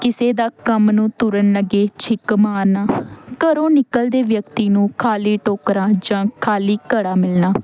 ਕਿਸੇ ਦਾ ਕੰਮ ਨੂੰ ਤੁਰਨ ਲੱਗੇ ਛਿੱਕ ਮਾਰਨਾ ਘਰੋਂ ਨਿਕਲਦੇ ਵਿਅਕਤੀ ਨੂੰ ਖਾਲੀ ਟੋਕਰਾ ਜਾਂ ਖਾਲੀ ਘੜਾ ਮਿਲਣਾ